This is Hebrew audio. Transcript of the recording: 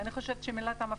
אני חושבת שמילת המפתח,